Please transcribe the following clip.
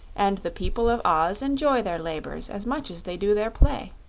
and the people of oz enjoy their labors as much as they do their play.